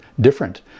different